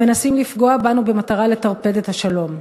המנסים לפגוע בנו במטרה לטרפד את השלום.